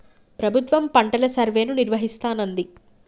ప్రభుత్వం పంటల సర్వేను నిర్వహిస్తానంది